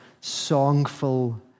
songful